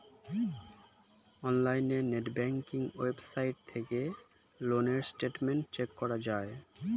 অনলাইনে net banking website থেকে loan এর স্টেটমেন্ট চেক করা যায়